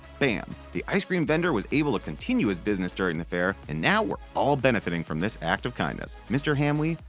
bam! the ice cream vendor was able to continue his business during the fair and now we're all benefiting from this act of kindness! mr. hamwi,